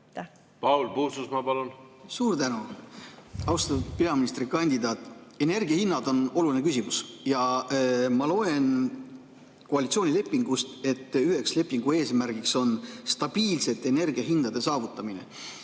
Paul Puustusmaa, palun! Suur tänu! Austatud peaministrikandidaat! Energiahinnad on oluline küsimus. Ma loen koalitsioonilepingust, et üheks lepingu eesmärgiks on stabiilsete energiahindade saavutamine.